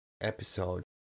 episode